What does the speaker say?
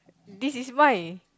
this is vine